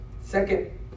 second